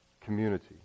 community